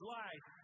life